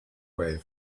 wave